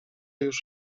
już